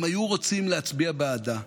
והם היו רוצים להצביע בעדה.